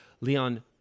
Leon